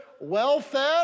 well-fed